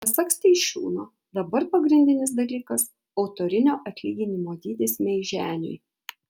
pasak steišiūno dabar pagrindinis dalykas autorinio atlyginimo dydis meiženiui